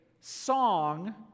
song